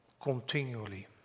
Continually